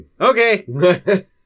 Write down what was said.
Okay